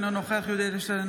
אינו נוכח יולי יואל אדלשטיין,